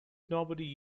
nobody